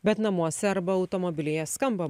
bet namuose arba automobilyje skamba